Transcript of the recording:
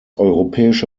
europäische